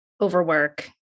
overwork